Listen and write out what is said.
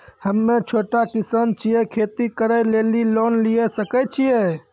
हम्मे छोटा किसान छियै, खेती करे लेली लोन लिये सकय छियै?